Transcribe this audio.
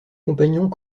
compagnons